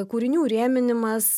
kūrinių rėminimas